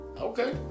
Okay